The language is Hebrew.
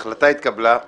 הצבעה בעד ההתפלגות 6 נגד,